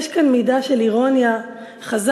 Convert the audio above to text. יש כאן מידה של אירוניה חז"לית.